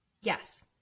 Yes